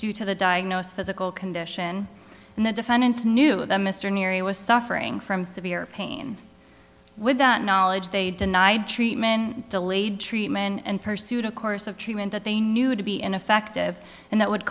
due to the diagnosis physical condition and the defendants knew that mr neary was suffering from severe pain would that knowledge they denied treatment delayed treatment and pursued a course of treatment that they knew to be ineffective and that would